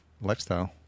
lifestyle